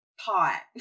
pot